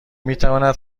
میتواند